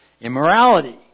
immorality